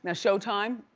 ah showtime,